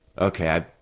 okay